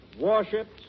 warships